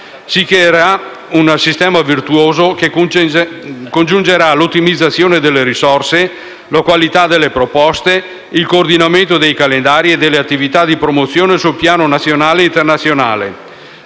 Si creerà un sistema virtuoso, che congiungerà l'ottimizzazione delle risorse, la qualità delle proposte, il coordinamento dei calendari e delle attività di promozione sul piano nazionale e internazionale.